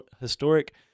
historic